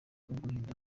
uguhindura